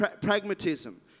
pragmatism